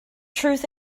truth